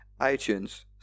iTunes